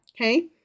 Okay